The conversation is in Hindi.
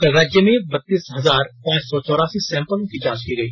कल राज्य भर में बत्तीस हजार पांच सौ चौरासी सैंपलों की जांच की गई